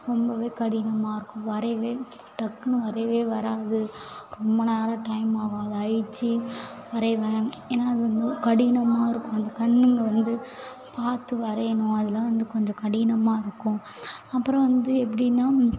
ரொம்பவே கடினமாக இருக்கும் வரையவே டக்குன்னு வரவே வராது ரொம்ப நேரம் டைம் ஆகும் அதை அழித்து வரையிவேன் ஏன்னா அது வந்து கடினமாக இருக்கும் அந்த கண்ணுங்க வந்து பார்த்து வரையணும் அதெலாம் வந்து கொஞ்சம் கடினமாக இருக்கும் அப்புறம் வந்து எப்படின்னா